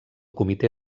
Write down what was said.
comitè